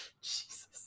Jesus